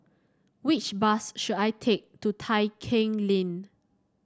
which bus should I take to Tai Keng Lane